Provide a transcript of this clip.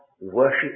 worship